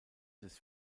des